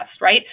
right